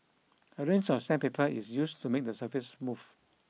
a range of sandpaper is used to make the surface smooth